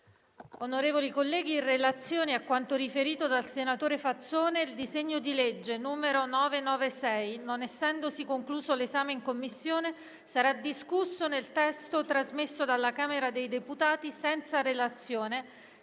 Onorevoli colleghi, in relazione a quanto riferito dal senatore Fazzone, il disegno di legge n. 996, non essendosi concluso l'esame in Commissione, sarà discusso nel testo trasmesso dalla Camera dei deputati senza relazione,